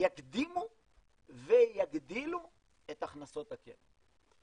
יקדימו ויגדילו את הכנסות הקרן.